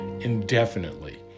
indefinitely